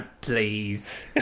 please